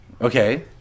Okay